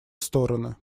стороны